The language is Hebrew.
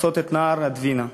לחצות את נהר הדווינה שברוסיה,